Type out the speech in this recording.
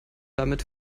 damit